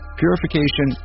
purification